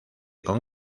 con